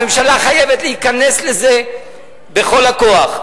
הממשלה חייבת להיכנס לזה בכל הכוח.